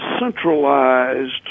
centralized